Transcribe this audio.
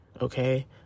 okay